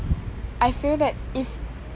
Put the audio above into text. I feel that if